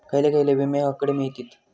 खयले खयले विमे हकडे मिळतीत?